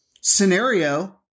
scenario